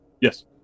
yes